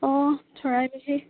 অঁ চৰাইবাহী